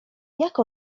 jak